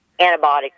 antibiotic